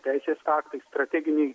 teisės aktai strateginiai